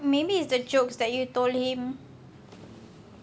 maybe it's the jokes that you told him